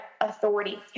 authority